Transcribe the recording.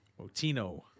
Motino